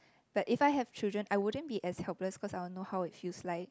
but if I have children I wouldn't be as helpless cause I would know how it feels like